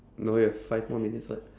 no you've five more minutes [what]